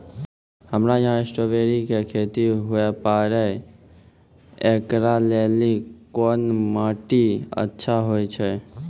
हमरा यहाँ स्ट्राबेरी के खेती हुए पारे, इकरा लेली कोन माटी अच्छा होय छै?